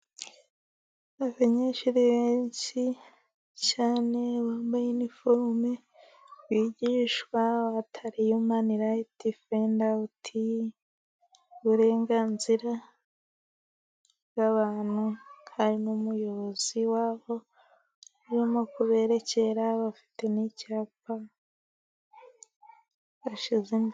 Abanyeshuri benshi cyane bambaye inifome, bigishwa abatariman right fender out, uburenganzira bw'abantu hari n'umuyobozi wabo barimo no kuberekera bafite n'icyapa ashizemo.